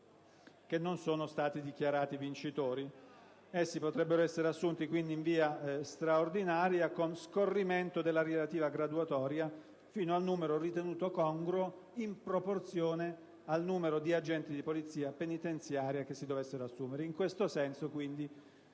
che non sono stati dichiarati vincitori. Essi potrebbero essere assunti, quindi, in via straordinaria, con scorrimento della relativa graduatoria fino al numero ritenuto congruo in proporzione al numero di agenti di Polizia penitenziaria che si dovessero assumere. In questo senso, quindi,